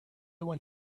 went